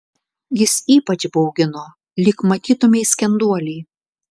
jis ypač baugino lyg matytumei skenduolį